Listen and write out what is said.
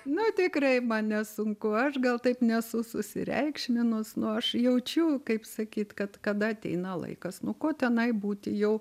na tikrai man nesunku aš gal taip nesu susireikšminus nu aš jaučiu kaip sakyt kad kada ateina laikas nu ko tenai būti jau